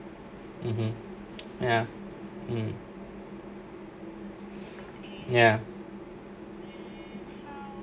(uh huh) ya um ya